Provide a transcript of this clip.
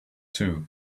too